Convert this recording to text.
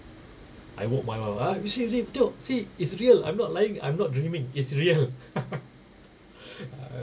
I woke my wife ah you see you see tengok see is real I'm not lying I'm not dreaming is real